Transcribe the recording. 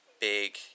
big